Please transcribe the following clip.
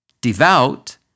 devout